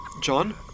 John